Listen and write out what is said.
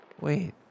Wait